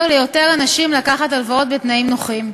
ליותר אנשים לקחת הלוואות בתנאים נוחים.